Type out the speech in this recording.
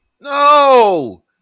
No